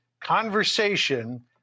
conversation